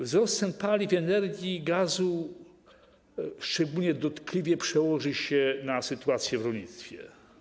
Wzrost cen paliw, energii i gazu szczególnie dotkliwie przełoży się na sytuację w rolnictwie.